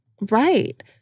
right